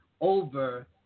over